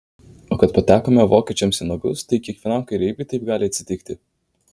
o kad patekome vokiečiams į nagus tai kiekvienam kareiviui taip gali atsitikti